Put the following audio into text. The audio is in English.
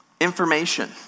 information